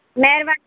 महिरबानी